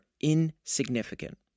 insignificant